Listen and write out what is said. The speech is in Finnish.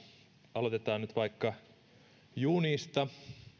aloitetaan nyt vaikka junista